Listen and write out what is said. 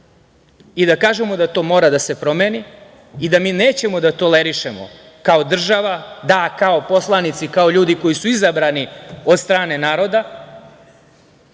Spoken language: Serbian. i da kažemo da to mora da se promeni i da mi nećemo da tolerišemo kao država, da, kao poslanici, kao ljudi koji su izabrani od strane naroda